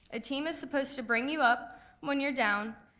a team is supposed to bring you up when you're down,